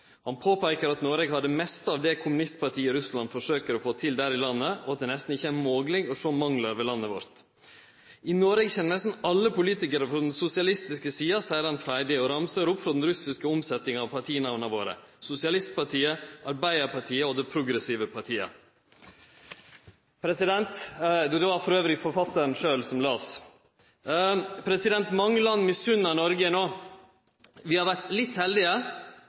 Han påpeikar at Noreg har det meste av det kommunistpartiet i Russland forsøkjer å få til der i landet, og at det nesten ikkje er mogleg å sjå manglar ved landet vårt. «I Noreg kjem nesten alle politikarane frå den sosialistiske sida», seier han freidig og ramsar opp frå den russiske omsetjinga av partinamna våre: «Sosialistpartiet, Arbeidarpartiet og Det Progressive Partiet …»» Det var forfattaren sjølv som las. Mange land misunner Noreg no. Vi har vore litt heldige